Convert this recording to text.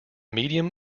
medium